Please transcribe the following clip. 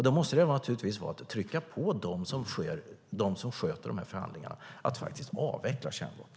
Det måste naturligtvis vara att trycka på dem som sköter dessa förhandlingar om att faktiskt avveckla kärnvapnen.